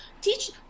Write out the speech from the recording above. teach